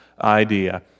idea